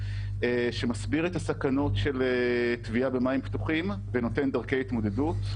שמסביר את הסכנות של טביעה במים פתוחים ונותן דרכי התמודדות.